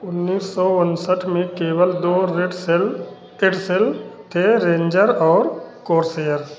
उन्नीस सौ उनसठ में केवल दो रेड सेल केड सेल थे रेंजर और कोर्सेयर